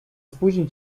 spóźni